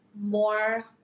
more